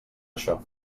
això